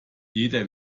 jeder